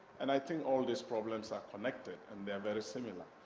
and i think all these problems are connected and they're very similar.